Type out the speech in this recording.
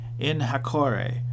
Inhakore